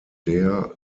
der